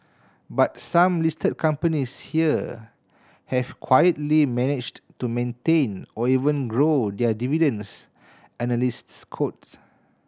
but some listed companies here have quietly managed to maintain or even grow their dividends analysts cote